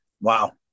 Wow